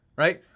right?